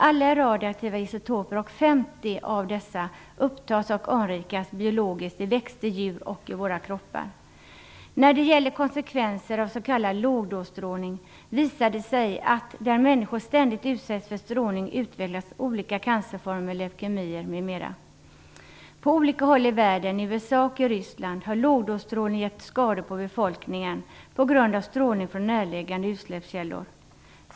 Alla är radioaktiva isotoper, och 50 av dessa upptas och anrikas biologiskt i växter och djur samt i våra kroppar. När det gäller konsekvenser av s.k. lågdosstrålning visar det sig att där människor ständigt utsätts för strålning utvecklas olika cancerformer, leukemier m.m. På olika håll i världen, i USA och i Ryssland, har lågdosstrålning gett skador på befolkningen på grund av strålning från närliggande utsläppskällor.